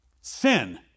sin